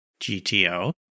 GTO